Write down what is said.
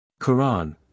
Quran